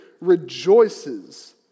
rejoices